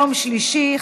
יום שלישי,